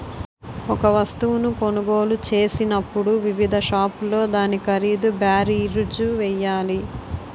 ఒక వస్తువును కొనుగోలు చేసినప్పుడు వివిధ షాపుల్లో దాని ఖరీదు బేరీజు వేయాలి